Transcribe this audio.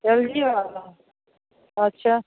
L G वाला अच्छा